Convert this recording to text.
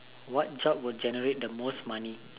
what job would generate the most money